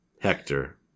Hector